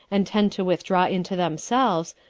and tend to withdraw into themselves,